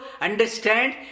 understand